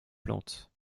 plantes